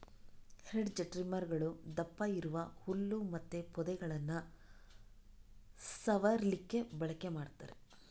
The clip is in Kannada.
ಹೆಡ್ಜ್ ಟ್ರಿಮ್ಮರುಗಳು ದಪ್ಪ ಇರುವ ಹುಲ್ಲು ಮತ್ತೆ ಪೊದೆಗಳನ್ನ ಸವರ್ಲಿಕ್ಕೆ ಬಳಕೆ ಮಾಡ್ತಾರೆ